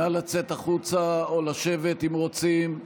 נא לצאת החוצה, או לשבת, אם רוצים.